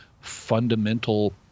fundamental